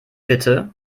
bitte